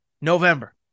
November